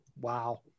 wow